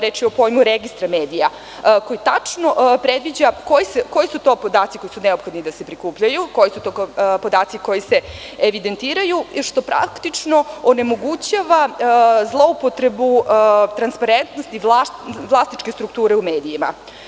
Reč je o pojmu registra medija koji tačno predviđa koji su to podaci koji su neophodni da se prikupljaju, koji su to podaci koji se evidentiraju, što praktično onemogućava zloupotrebu transparentnosti vlasničke strukture u medijima.